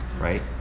right